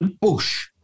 Bush